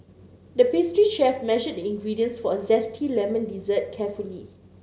the pastry chef measured the ingredients for a zesty lemon dessert carefully